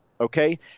Okay